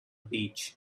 beach